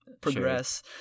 progress